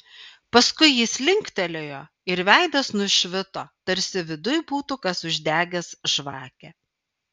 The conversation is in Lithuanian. paskui jis linktelėjo ir veidas nušvito tarsi viduj būtų kas uždegęs žvakę